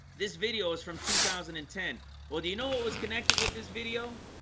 this video from two thousand and ten well, do you know what was connected with this video?